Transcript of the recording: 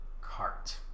cart